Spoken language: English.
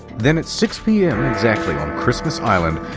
then, at six pm exactly on christmas island,